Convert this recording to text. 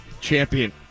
champion